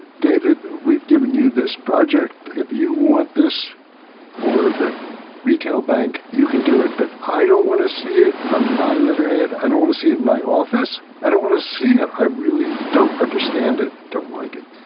david, we've given you this project. if you want this for the retail bank, you can do it. but i don't want to see it on my letterhead. i don't want to see it in my office. i don't want to see it. i really don't understand it and don't like it.